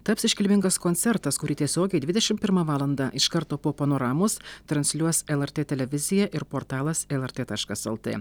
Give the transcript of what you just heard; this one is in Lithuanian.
taps iškilmingas koncertas kurį tiesiogiai dvidešim pirmą valandą iš karto po panoramos transliuos lrt televizija ir portalas lrt taškas lt